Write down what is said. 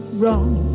wrong